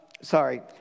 sorry